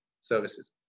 services